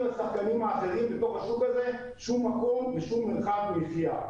לשחקנים האחרים בתוך השוק הזה שום מקום ושום מרחב מחיה.